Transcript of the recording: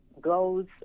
goes